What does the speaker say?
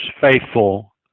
faithful